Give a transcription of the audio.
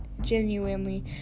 genuinely